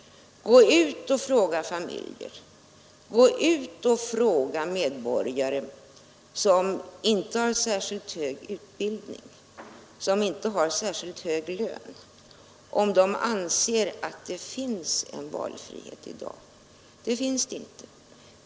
Gå ut och fråga medborgare som inte har särskilt hög utbildning och inte särskilt hög lön om de anser att det finns en valfrihet i dag! Det finns det inte.